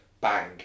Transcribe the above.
Bang